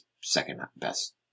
second-best